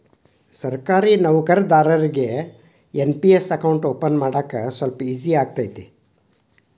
ಸರ್ಕಾರಿ ನೌಕರದಾರಿಗಿ NPS account open ಮಾಡಾಕ ಸ್ವಲ್ಪ ಈಜಿ ಆಗತೈತ